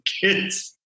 kids